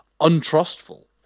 untrustful